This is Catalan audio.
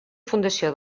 fundació